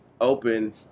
open